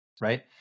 right